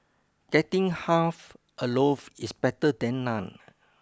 getting half a loaf is better than none